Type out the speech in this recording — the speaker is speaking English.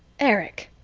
erich!